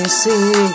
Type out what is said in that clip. see